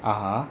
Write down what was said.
(uh huh)